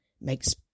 makes